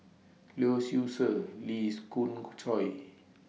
Lee Seow Ser Lee Khoon Choy